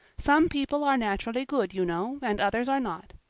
some people are naturally good, you know, and others are not.